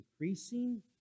increasing